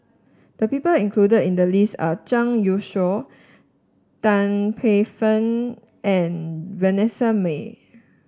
the people included in the list are Zhang Youshuo Tan Paey Fern and Vanessa Mae